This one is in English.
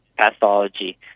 pathology